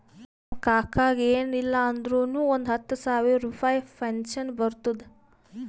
ನಮ್ ಕಾಕಾಗ ಎನ್ ಇಲ್ಲ ಅಂದುರ್ನು ಒಂದ್ ಹತ್ತ ಸಾವಿರ ರುಪಾಯಿ ಪೆನ್ಷನ್ ಬರ್ತುದ್